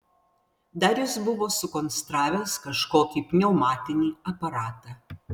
dar jis buvo sukonstravęs kažkokį pneumatinį aparatą